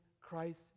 Christ